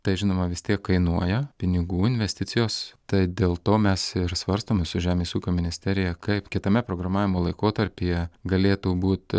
tai žinoma vis tiek kainuoja pinigų investicijos tai dėl to mes ir svarstom su žemės ūkio ministerija kaip kitame programavimo laikotarpyje galėtų būt